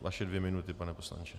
Vaše dvě minuty, pane poslanče.